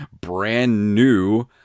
brand-new